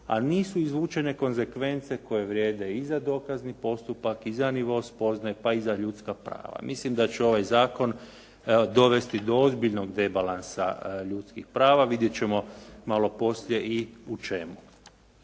a nisu izvučene konzekvence koje vrijede i za dokazni postupak i za nivo spoznaje, pa i za ljudska prava. Mislim da će ovaj zakon dovesti do ozbiljnog debalansa ljudskih prava. Vidjet ćemo malo poslije i u čemu.